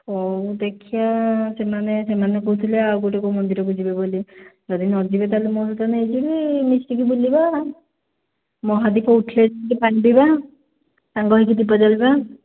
ହେଉ ଦେଖିବା ସେମାନେ ସେମାନେ କହୁଥିଲେ ଆଉ ଗୋଟିଏ କେଉଁ ମନ୍ଦିରକୁ ଯିବେ ବୋଲି ଯଦି ନ ଯିବେ ତା'ହେଲେ ମୁଁ ତୋତେ ନେଇଯିବି ମିଶିକି ବୁଲିବା ମହାଦୀପ ଉଠିଲେ ପାଣି ପିଇବା ସାଙ୍ଗ ହୋଇକି ଦୀପ ଜାଳିବା